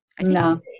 No